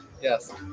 Yes